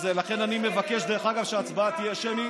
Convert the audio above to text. לכן, אני מבקש שההצבעה תהיה שמית.